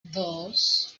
dos